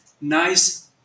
nice